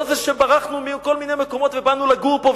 לא זה שברחנו מכל מיני מקומות ובאנו לגור פה,